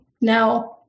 now